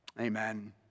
Amen